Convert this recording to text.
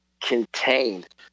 contained